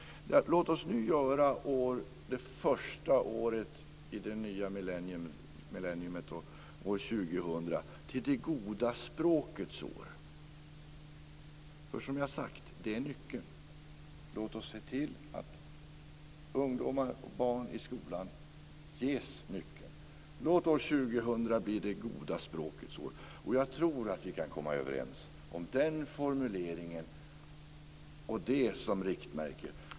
Låt oss nu göra det första året i det nya millenniet, år 2000, till det goda språkets år. Som jag tidigare sagt är det nyckeln. Låt oss se till att ungdomar och barn i skolan ges nyckeln. Låt år 2000 bli det goda språkets år. Jag tror att vi kan komma överens om den formuleringen och det som riktmärke.